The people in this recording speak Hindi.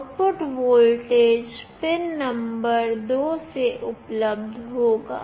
आउटपुट वोल्टेज पिन नंबर 2 से उपलब्ध होगा